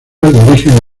origen